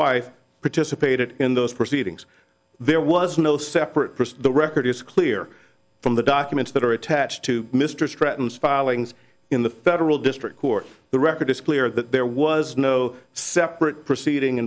wife participated in those proceedings there was no separate the record it's clear from the documents that are attached to mr stratton's filings in the federal district court the record is clear that there was no separate proceeding